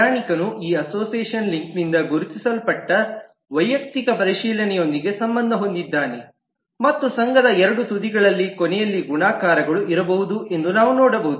ಪ್ರಯಾಣಿಕನು ಈ ಅಸೋಸಿಯೇಷನ್ ಲಿಂಕ್ನಿಂದ ಗುರುತಿಸಲ್ಪಟ್ಟ ವೈಯಕ್ತಿಕ ಪರಿಶೀಲನೆಯೊಂದಿಗೆ ಸಂಬಂಧ ಹೊಂದಿದ್ದಾನೆ ಮತ್ತು ಸಂಘದ ಎರಡೂ ತುದಿಗಳಲ್ಲಿ ಕೊನೆಯಲ್ಲಿ ಗುಣಾಕಾರಗಳು ಇರಬಹುದು ಎಂದು ನಾವು ನೋಡಬಹುದು